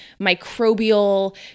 microbial